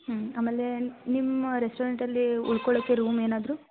ಹ್ಞೂ ಆಮೇಲೆ ನಿಮ್ಮ ರೆಸ್ಟೋರೆಂಟಲ್ಲಿ ಉಳ್ಕೊಳ್ಳೋಕೆ ರೂಮ್ ಏನಾದರು